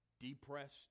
depressed